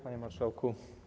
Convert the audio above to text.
Panie Marszałku!